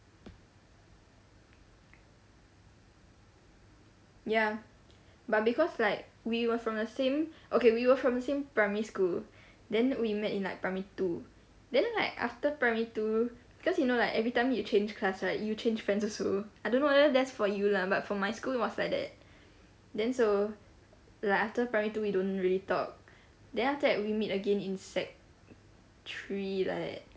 ya but because like we were from the same okay we were from the same primary school then we met in like primary two then like after primary two cause you know like everytime you change class right you change friends also I don't know whether that's for you ah but for my school it was like that then so like after primary two we don't really talk then after that we meet again in sec three like that